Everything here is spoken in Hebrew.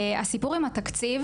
הסיפור עם התקציב